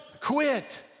quit